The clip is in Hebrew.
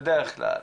בדרך כלל.